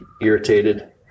Irritated